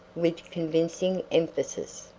with convincing emphasis.